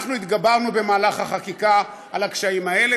התגברנו במהלך החקיקה על הקשיים האלה.